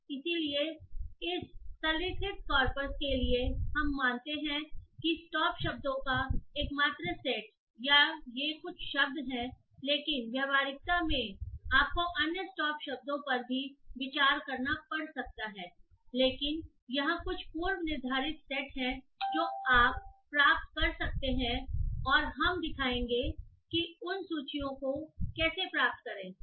इसलिए इस सरलीकृत कॉर्पस के लिए हम मानते हैं कि स्टॉप शब्दों का एकमात्र सेट ये कुछ शब्द हैं लेकिन व्यावहारिकता में आपको अन्य स्टॉप शब्दों पर भी विचार करना पड़ सकता है लेकिन यहां कुछ पूर्व निर्धारित सेट हैं जो आप प्राप्त कर सकते हैं और हम दिखाएंगे कि उन सूचियों को कैसे प्राप्त करें